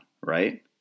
Right